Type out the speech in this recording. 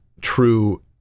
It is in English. true